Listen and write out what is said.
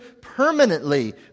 permanently